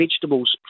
vegetables